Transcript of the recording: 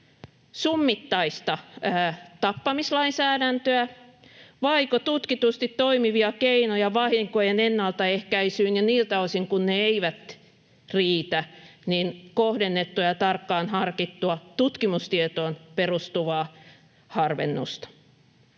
summittaista tappamislainsäädäntöä vaiko tutkitusti toimivia keinoja vahinkojen ennaltaehkäisyyn ja, niiltä osin kuin ne eivät riitä, kohdennettua ja tarkkaan harkittua, tutkimustietoon perustuvaa harvennusta?